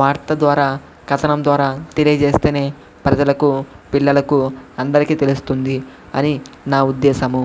వార్త ద్వారా కథనం ద్వారా తెలియజేస్తేనే ప్రజలకు పిల్లలకు అందరికీ తెలుస్తుంది అని నా ఉద్దేశము